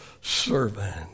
servant